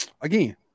Again